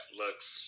looks